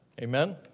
Amen